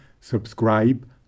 subscribe